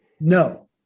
No